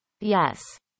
Yes